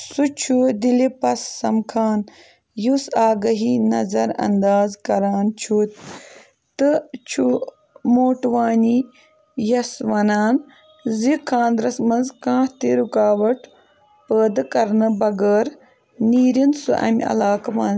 سُہ چھُ دِلیٖپس سمکھان یُس آگٲہی نظر انٛداز کَران چھُ تہٕ چھُ موٹوانی یَس ونان زِ خانٛدرس منٛز کانٛہہ تہِ رُکاوٹ پٲدٕ کَرنہٕ بغٲر نیٖرِٕنۍ سُہ امہِ علاقہٕ منٛزٕ